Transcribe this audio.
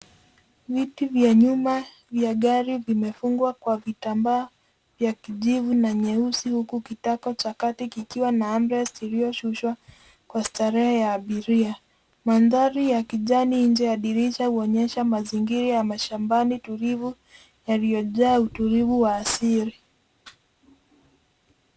Viti vya nyuma vya gari vimefungwa kwa vitambaa vya kijivu na nyeusi huku kitako cha kati kikiwa na arm rest iliyoshushwa kwa starehe ya abiria. Mandhari ya kijani nje ya dirisha huonyesha mazingira ya mashambani tulivu yaliyojaa utulivu wa asili .